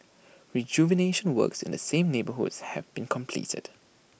rejuvenation works in the same neighbourhoods have been completed